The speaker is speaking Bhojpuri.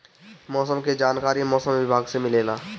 मौसम के जानकारी मौसम विभाग से मिलेला?